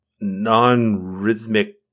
non-rhythmic